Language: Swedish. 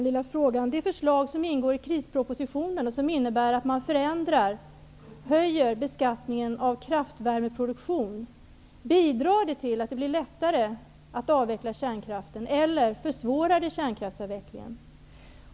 Bidrar förslaget i krispropositionen om höjning av beskattningen av kraftvärmeproduktion till att göra det lättare att avveckla kärnkraften eller försvårar det kärnkraftsavvecklingen?